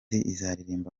izaririmba